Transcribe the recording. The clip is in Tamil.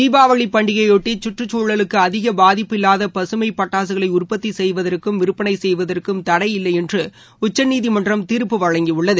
தீபாவளி பண்டிகையையொட்டி கற்றுக்குழலுக்கு அதிக பாதிப்பு இல்லாத பக்மை பட்டாசுகளை உற்பத்தி செய்வதற்கும் விற்பனை செய்வதற்கும் தடை இல்லை என்று உச்சநீதிமன்றம் தீர்ப்பு வழங்கியுள்ளது